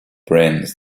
brains